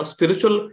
Spiritual